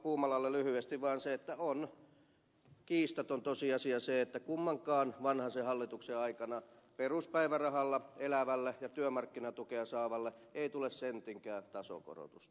puumalalle lyhyesti vaan se että on kiistaton tosiasia se että vanhasen kummankaan hallituksen aikana peruspäivärahalla elävälle ja työmarkkinatukea saavalle ei ole tullut sentinkään tasokorotusta